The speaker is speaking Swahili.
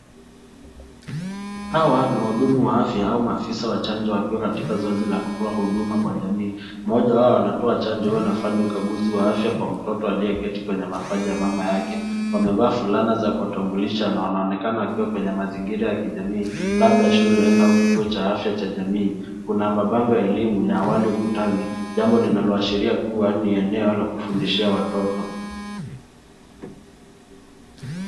Hawa ni wahudimu wa afya au mafisa wa chanjo wakiwa katika zoezi la kutoa huduma kwa jamii. Mmoja wao anatoa chanjo huyu anafanya ukaguzi wa afya kwa mtoto aliyeketi kwenye mapaja ya mama yake. Wamevaa fulana za kuwatambulisha na wanaonekana wakiwa kwenye mazingira ya kijamii, labda shule au kituo cha afya cha jamii. Kuna mabango ya elimu ya awali ukutani, jambo linalo ashiria kua ni eneo la kufundishia watoto.